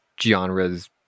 genres